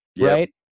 right